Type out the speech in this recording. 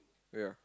yeah